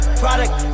product